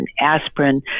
aspirin